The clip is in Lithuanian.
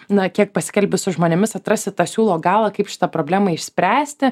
na kiek pasikalbi su žmonėmis atrasti tą siūlo galą kaip šitą problemą išspręsti